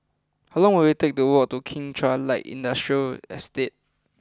how long will it take to walk to Kim Chuan Light Industrial Estate